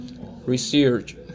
research